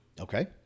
Okay